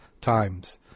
times